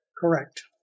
correct